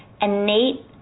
innate